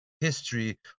history